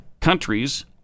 countries